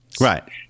Right